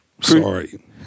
Sorry